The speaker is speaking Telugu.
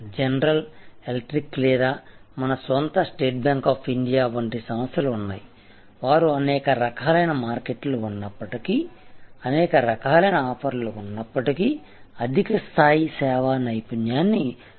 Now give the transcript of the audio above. జనరల్ ఎలక్ట్రిక్ లేదా మన స్వంత స్టేట్ బ్యాంక్ ఆఫ్ ఇండియా వంటి సంస్థలు ఉన్నాయి వారు అనేక రకాలైన మార్కెట్లు ఉన్నప్పటికీ అనేక రకాలైన ఆఫర్లు ఉన్నప్పటికీ అధిక స్థాయి సేవా నైపుణ్యాన్ని కొనసాగించగలిగారు